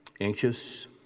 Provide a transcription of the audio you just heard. anxious